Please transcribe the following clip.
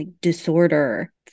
disorder